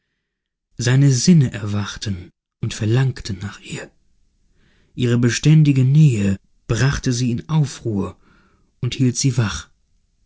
seine sinne erwachten und verlangten nach ihr ihre beständige nähe brachte sie in aufruhr und hielt sie wach